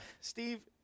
Steve